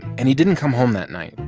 and he didn't come home that night.